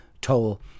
toll